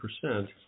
percent